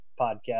podcast